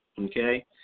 Okay